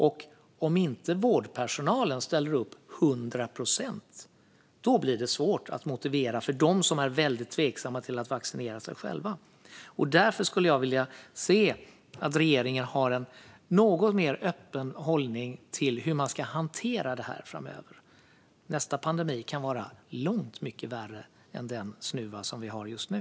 Om inte vårdpersonalen ställer upp till hundra procent blir det svårt att motivera dem som är tveksamma till att låta vaccinera sig. Därför skulle jag vilja se att regeringen hade en något mer öppen hållning till hur man ska hantera frågan framöver. Nästa pandemi kan vara långt mycket värre än den snuva som vi har just nu.